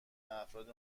افراد